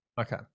okay